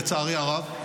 לצערי הרב,